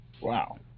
Wow